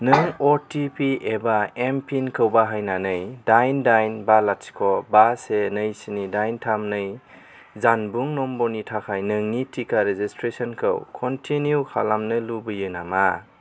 नों अटिपि एबा एमपिनखौ बाहायनानै दाइन दाइन बा लाथिख' बा से नै स्नि दाइन थाम नै जानबुं नम्बरनि थाखाय नोंनि टिका रेजिसट्रेसनखौ कन्टिनिउ खालामनो लुबैयो नामा